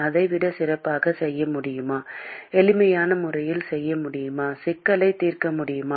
அதை விட சிறப்பாக செய்ய முடியுமா எளிமையான முறையில் செய்ய முடியுமா சிக்கலை தீர்க்க முடியுமா